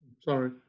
sorry